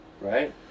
right